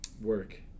work